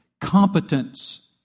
competence